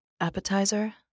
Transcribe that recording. Appetizer